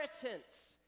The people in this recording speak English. inheritance